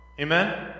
Amen